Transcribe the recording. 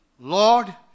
Lord